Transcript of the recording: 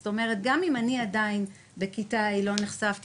זאת אומרת גם אם אני עדיין בכיתה ולא נחשפתי